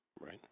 right